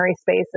spaces